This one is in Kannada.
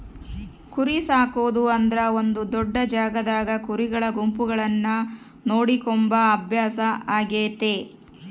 ಕುರಿಸಾಕೊದು ಅಂದ್ರ ಒಂದು ದೊಡ್ಡ ಜಾಗದಾಗ ಕುರಿಗಳ ಗುಂಪುಗಳನ್ನ ನೋಡಿಕೊಂಬ ಅಭ್ಯಾಸ ಆಗೆತೆ